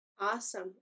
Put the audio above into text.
Awesome